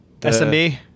SMB